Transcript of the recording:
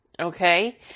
Okay